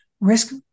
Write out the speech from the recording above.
risk